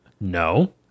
No